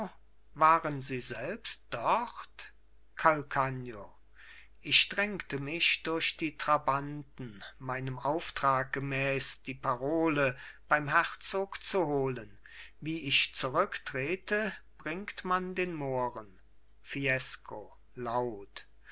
waren sie selbst dort calcagno ich drängte mich durch die trabanten meinem auftrag gemäß die parole beim herzog zu holen wie ich zurücktrete bringt man den mohren fiesco laut